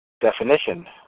definition